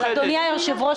אדוני היושב-ראש,